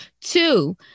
Two